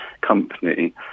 company